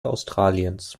australiens